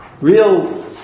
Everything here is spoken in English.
real